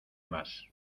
más